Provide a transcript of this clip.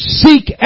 seek